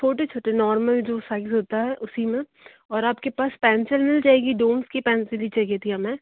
छोटे छोटे नौर्मल जो साइज़ होता है उसी में और आप के पास पैंसिल मिल जाएगी डूम्स की पैंसिल ही चाहिए थी हमें